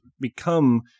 become